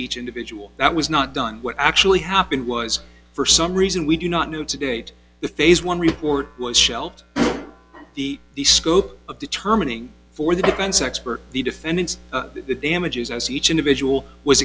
each individual that was not done what actually happened was for some reason we do not know it's a date the phase one report was shelved the scope of determining for the defense expert the defendants the damages as each individual was